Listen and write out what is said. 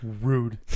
Rude